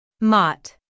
Mott